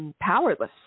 powerless